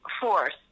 force